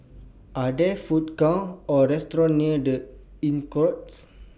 Are There Food Courts Or restaurants near The Inncrowd